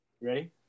Ready